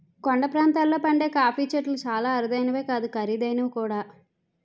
కొండ ప్రాంతాల్లో పండే కాఫీ చెట్లు చాలా అరుదైనవే కాదు ఖరీదైనవి కూడా